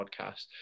podcast